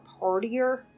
partier